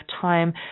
time